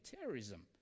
terrorism